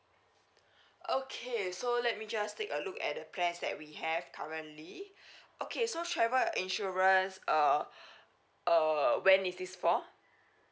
okay so let me just take a look at the plans that we have currently okay so travel insurance uh uh when is this for